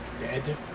dead